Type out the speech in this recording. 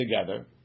together